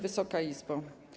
Wysoka Izbo!